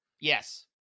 Yes